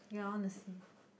yeah I want to see